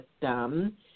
system